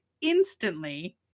instantly